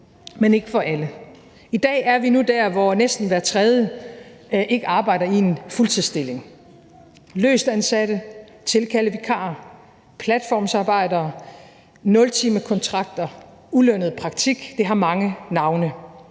men ikke for alle. I dag er vi nu der, hvor næsten hver tredje ikke arbejder i en fuldtidsstilling: løst ansatte, tilkaldevikarer, platformsarbejdere og mennesker med nultimekontrakter eller i ulønnet praktik; det har mange navne.